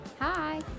Hi